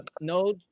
No